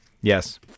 Yes